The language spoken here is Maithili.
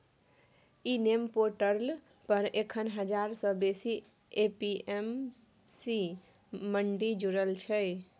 इ नेम पोर्टल पर एखन हजार सँ बेसी ए.पी.एम.सी मंडी जुरल छै